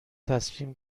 تصمیم